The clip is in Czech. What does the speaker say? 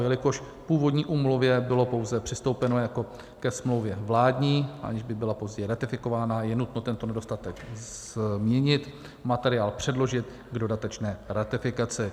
Jelikož k původní úmluvě bylo přistoupeno pouze jako ke smlouvě vládní, aniž by byla později ratifikována, je nutno tento nedostatek změnit, materiál předložit k dodatečné ratifikaci.